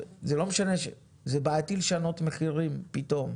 זה בעייתי לשנות מחירים פתאום,